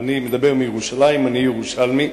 אני מדבר מירושלים, אני ירושלמי.